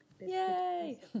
Yay